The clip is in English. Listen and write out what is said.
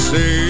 Say